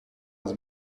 his